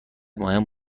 مهم